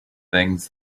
things